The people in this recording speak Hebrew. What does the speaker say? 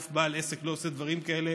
אף בעל עסק לא עושה דברים כאלה.